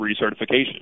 recertification